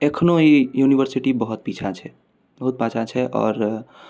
एखनहु ई यूनिवर्सिटी बहुत पिछाँ छै बहुत पाछाँ छै आओर